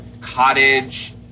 cottage